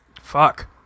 Fuck